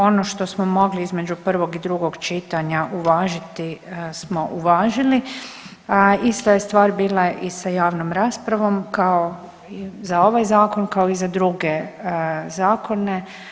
Ono što smo mogli između prvog i drugo čitanja uvažiti smo uvažili, a ista je stvar bila i sa javnom raspravom kao za ovaj zakon, kao i za druge zakone.